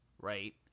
Right